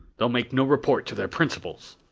they'll make no report to their principals!